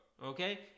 Okay